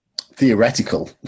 theoretical